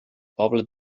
poble